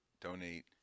donate